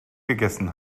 gegessen